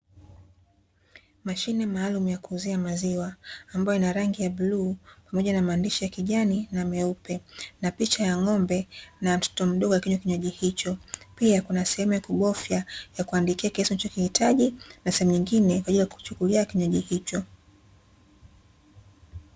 Mashine maalumu ya kuuzia maziwa ambayo ina rangi ya bluu pamoja na maandishi ya kijani na meupe, na picha ya ng'ombe na mtoto mdogo akinywa kinywaji hicho. Pia kuna sehemu ya kubofya ya kuandikia kiasi unachokihitaji na sehemu nyingine kwa ajili ya kuchukulia kinywaji hicho.